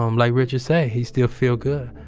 um like richard say, he still feel good.